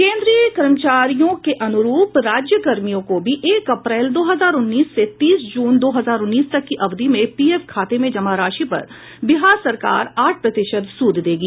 केंद्रीय कर्मचारियों के अनुरूप राज्यकर्मियों को भी एक अप्रैल दो हजार उन्नीस से तीस जून दो हजार उन्नीस तक की अवधि में पीएफ खाते में जमा राशि पर बिहार सरकार आठ प्रतिशत सूद देगी